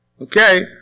Okay